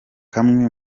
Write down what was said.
kamwe